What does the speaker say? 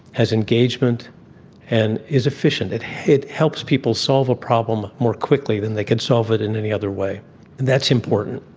has engagement and is efficient. it it helps people solve a problem more quickly than they can solve it in any other way, and that's important.